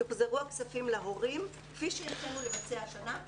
יוחזרו הכספים להורים כפי שהנחינו לבצע השנה,